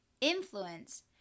influence